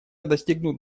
достигнут